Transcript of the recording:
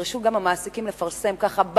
נדרשו המעסיקים גם לפרסם במשרדים.